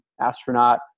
astronaut